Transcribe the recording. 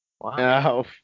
Wow